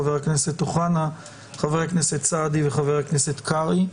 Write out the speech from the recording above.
חבר הכנסת אוחנה, חבר הכנסת סעדי וחבר הכנסת קרעי.